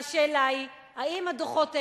והשאלה היא אם הדוחות האלה,